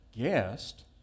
guest